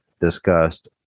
discussed